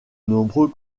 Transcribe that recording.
nombreux